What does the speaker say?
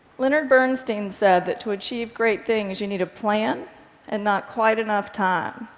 leonard bernstein said that to achieve great things, you need a plan and not quite enough time.